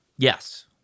Yes